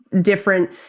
different